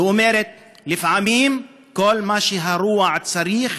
היא אומרת: לפעמים כל מה שהרוע צריך